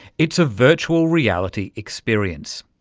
it's a virtual reality experience,